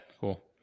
cool